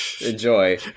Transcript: enjoy